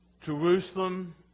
Jerusalem